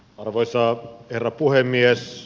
arvoisa herra puhemies